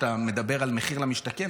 כשאתה מדבר על מחיר למשתכן,